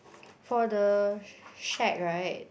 for the shack right